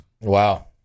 Wow